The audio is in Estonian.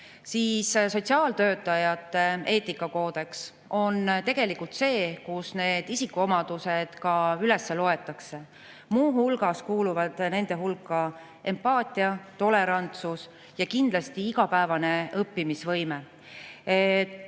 siis sotsiaaltöötajate eetikakoodeks on tegelikult see, kus need isikuomadused üles loetakse. Muu hulgas kuuluvad nende hulka empaatia, tolerantsus ja kindlasti igapäevane õppimisvõime.